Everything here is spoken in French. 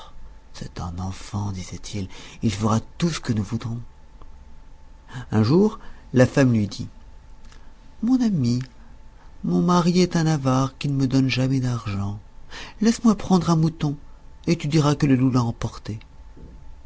c'est un enfant disaient-ils il fera tout ce que nous voudrons un jour la femme lui dit mon ami mon mari est un avare qui ne me donne jamais d'argent laisse-moi prendre un mouton et tu diras que le loup l'a emporté